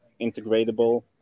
integratable